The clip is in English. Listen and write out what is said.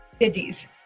cities